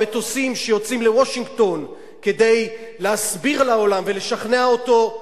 והמטוסים שיוצאים לוושינגטון כדי להסביר לעולם ולשכנע אותו,